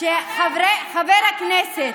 שחבר הכנסת,